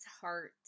heart